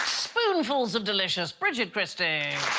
spoonfuls of delicious bridget christine